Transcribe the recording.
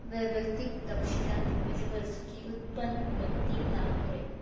वैवक्तीक तपशिलांत म्हजें वर्सुकी उत्पन्न म्हुणून तीन लाख बरय